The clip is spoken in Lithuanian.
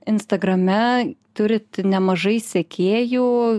instagrame turit nemažai sekėjų